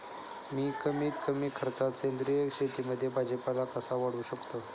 मी कमीत कमी खर्चात सेंद्रिय शेतीमध्ये भाजीपाला कसा वाढवू शकतो?